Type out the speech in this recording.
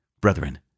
Brethren